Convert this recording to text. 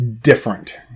different